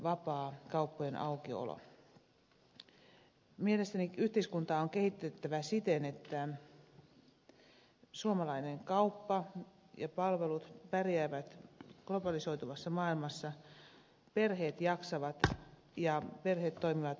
mielestäni yhteiskuntaa on kehitettävä siten että suomalainen kauppa ja palvelut pärjäävät globalisoituvassa maailmassa perheet jaksavat ja perheet toimivat yhdessä